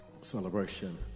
celebration